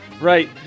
Right